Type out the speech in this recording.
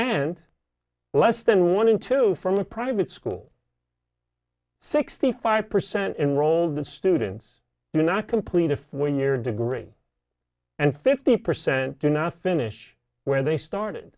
and less than one in two from a private school sixty five percent and rolled the students do not complete if when your degree and fifty percent do not finish where they started